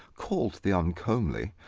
called the uncomely,